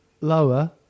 Lower